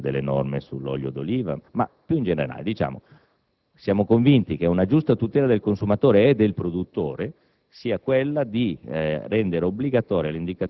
adesso. Stiamo parlando - per esempio - delle norme sull'olio d'oliva. Più in generale, però, siamo convinti che una giusta tutela del consumatore e del produttore